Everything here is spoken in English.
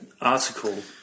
article